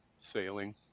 Sailing